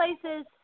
places